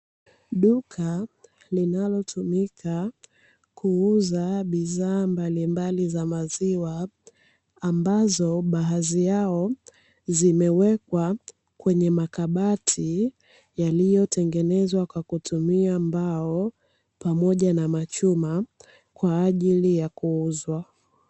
Duka linalotumika kuuza bidhaa mbalimbali za maziwa, ambazo baadhi yao zimewekwa kwenye makabati yaliotengenezwa kwa kutumia mbao, pamoja na machuma kwa ajili ya kuuzwa.